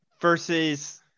versus